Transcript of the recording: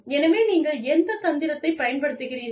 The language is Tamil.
எனவே நீங்கள் எந்த தந்திரத்தை பயன்படுத்துகிறீர்கள்